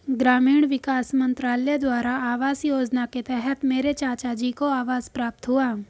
ग्रामीण विकास मंत्रालय द्वारा आवास योजना के तहत मेरे चाचाजी को आवास प्राप्त हुआ